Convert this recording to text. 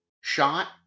shot